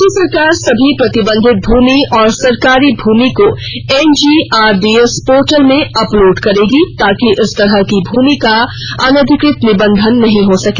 राज्य सरकार सभी प्रतिबंधित भूमि और सरकारी भूमि को एनजीआरडीएस पोर्टल में अपलोड करेगी ताकि इस तरह की भूमि का अनाधिकृत निबंधन नहीं हो सके